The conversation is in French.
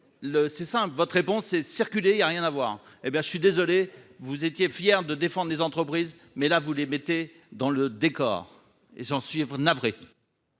c'est simple, votre réponse, c'est circulez il y a rien à voir, hé bien, je suis désolé, vous étiez fier de défendre les entreprises, mais là, vous les mettez dans le décor et sans suivre navré.